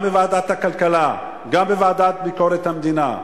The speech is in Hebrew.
גם בוועדת הכלכלה וגם בוועדה לביקורת המדינה,